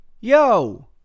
yo